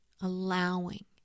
allowing